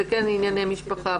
זה כן ענייני משפחה.